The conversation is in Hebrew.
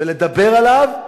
ולדבר עליו.